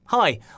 Hi